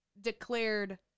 declared